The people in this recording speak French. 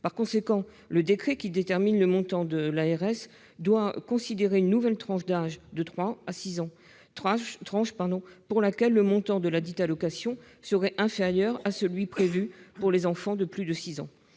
Par conséquent, le décret fixant le montant de l'ARS doit considérer une nouvelle tranche d'âge de trois à six ans, pour laquelle le montant de ladite allocation sera inférieur à celui qui est prévu pour les enfants de plus de six ans.